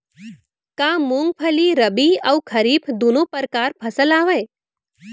का मूंगफली रबि अऊ खरीफ दूनो परकार फसल आवय?